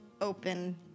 open